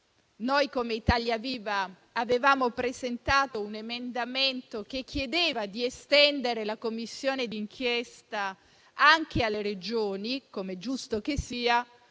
noi come Italia Viva avevamo presentato un emendamento che chiedeva di estendere la Commissione di inchiesta anche alle Regioni, com'è giusto che sia,